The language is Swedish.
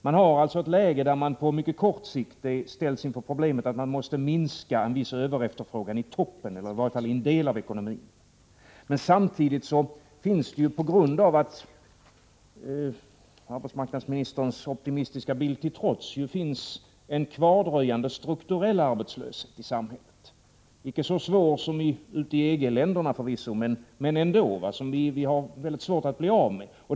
Vi har alltså ett läge där man på mycket kort sikt ställs inför problemet att man måste minska en viss överefterfrågan i toppen eller i varje fall i en del av ekonomin. Samtidigt finns det ju, arbetsmarknadsministerns optimistiska bild till trots, en kvardröjande strukturell arbetslöshet i samhället, förvisso inte så svår som i EG-länderna men som vi har väldigt svårt att bli av med.